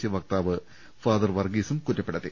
C വക്താവ് father വർഗീസും കുറ്റ പ്പെടുത്തി